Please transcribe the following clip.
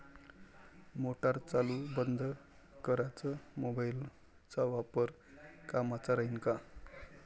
Motor चालू बंद कराच मोबाईलचा वापर कामाचा राहीन का?